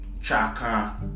chaka